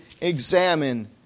examine